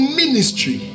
ministry